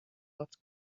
dels